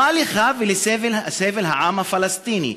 מה לך ולסבל העם הפלסטיני?